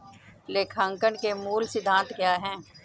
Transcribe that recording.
लेखांकन के मूल सिद्धांत क्या हैं?